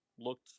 looked